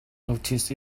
noticed